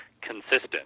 consistent